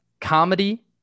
Comedy